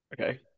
Okay